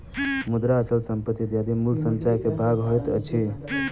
मुद्रा, अचल संपत्ति इत्यादि मूल्य संचय के भाग होइत अछि